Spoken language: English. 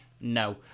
no